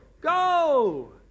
go